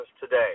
today